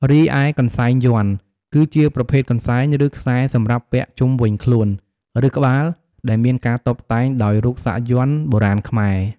រីឯកន្សែងយន្ត គឺជាប្រភេទកន្សែង ឬខ្សែសម្រាប់ពាក់ជុំវិញខ្លួន ឬក្បាល ដែលមានការតុបតែងដោយរូបសាក់យ័ន្ត បុរាណខ្មែរ។